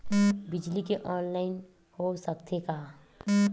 बिजली के ऑनलाइन हो सकथे का?